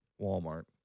Walmart